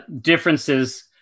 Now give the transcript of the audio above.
differences